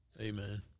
Amen